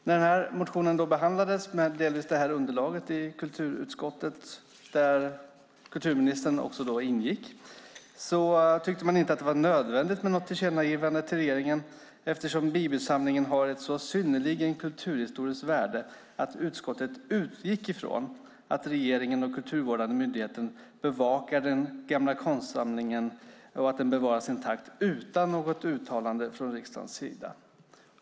När motionen med delvis det här underlaget behandlades i kulturutskottet, där kulturministern då ingick, tyckte man inte att det var nödvändigt med något tillkännagivande till regeringen eftersom Bibysamlingen har ett så synnerligt kulturhistoriskt värde att utskottet utgick ifrån att regering och kulturvårdande myndigheter bevakar att den gamla konstsamlingen bevaras intakt utan något uttalande från riksdagens sida.